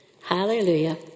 Hallelujah